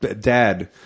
dad